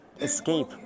escape